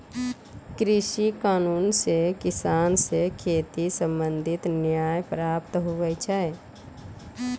कृषि कानून से किसान से खेती संबंधित न्याय प्राप्त हुवै छै